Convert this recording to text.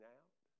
out